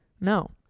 No